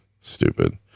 Stupid